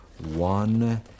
one